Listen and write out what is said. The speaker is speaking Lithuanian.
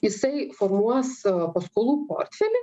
jisai formuos paskolų portfelį